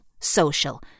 social